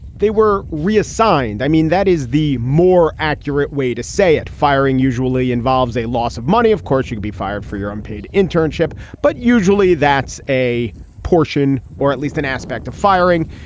they were reassigned. i mean, that is the more accurate way to say it. firing usually involves a loss of money. of course, she could be fired for your unpaid internship. but usually that's a portion or at least an aspect of firing.